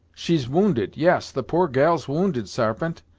she's wounded yes, the poor gal's wounded, sarpent,